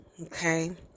okay